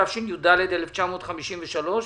תשי"ד-1953,